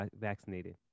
vaccinated